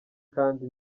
kandi